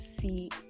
see